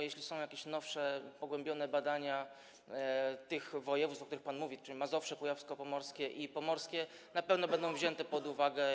Jeśli są jakieś nowsze, pogłębione badania tych województw, o których pan mówi, czyli Mazowsza, kujawsko-pomorskiego i pomorskiego, na pewno będą wzięte pod uwagę.